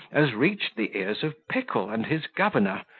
as reached the ears of pickle and his governor,